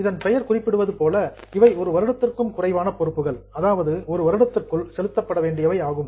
இதன் பெயர் குறிப்பிடுவதுபோல இவை ஒரு வருடத்திற்கு குறைவான பொறுப்புகள் அதாவது ஒரு வருடத்திற்குள் செலுத்தப்பட வேண்டியவை ஆகும்